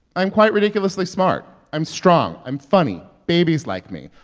i'm quite ridiculously smart. i'm strong. i'm funny. babies like me.